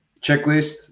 checklist